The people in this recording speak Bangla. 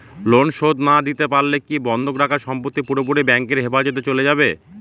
লোন শোধ না দিতে পারলে কি বন্ধক রাখা সম্পত্তি পুরোপুরি ব্যাংকের হেফাজতে চলে যাবে?